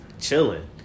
chilling